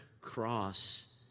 cross